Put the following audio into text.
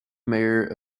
mayor